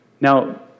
Now